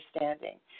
understanding